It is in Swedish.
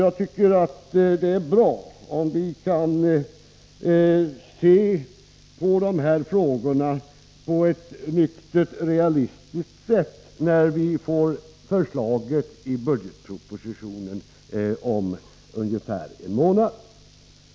Jag tycker det är bra om vi kan se på dessa frågor på ett nyktert och realistiskt sätt, när vi får förslaget i budgetpropositionen om ungefär en månad.